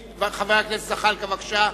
חבר הכנסת ג'מאל זחאלקה, בבקשה.